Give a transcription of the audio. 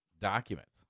documents